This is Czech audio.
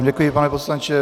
Děkuji vám, pane poslanče.